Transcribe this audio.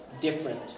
different